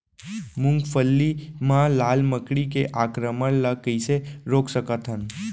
मूंगफली मा लाल मकड़ी के आक्रमण ला कइसे रोक सकत हन?